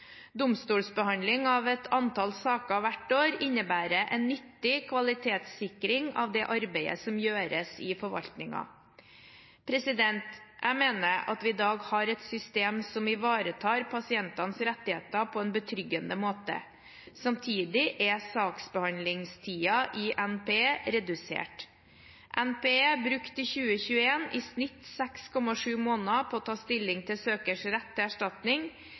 Domstolsbehandling av et antall saker hvert år innebærer en nyttig kvalitetssikring av det arbeidet som gjøres i forvaltningen. Jeg mener at vi i dag har et system som ivaretar pasientenes rettigheter på en betryggende måte. Samtidig er saksbehandlingstiden i NPE redusert. NPE brukte 2021 i snitt 6,7 måneder på å ta stilling til søkers rett til erstatning.